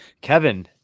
Kevin